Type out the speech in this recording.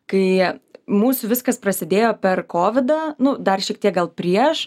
kai mūsų viskas prasidėjo per kovidą nu dar šiek tiek gal prieš